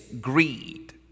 greed